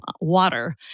water